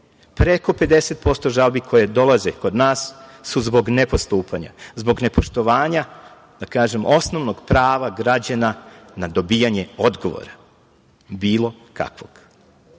50% žalbi koje dolaze kod nas su zbog nepostupanja, zbog nepoštovanja osnovnog prava građana na dobijanje odgovora bilo kakvog.